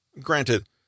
Granted